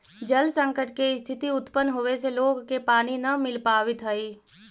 जल संकट के स्थिति उत्पन्न होवे से लोग के पानी न मिल पावित हई